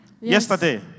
Yesterday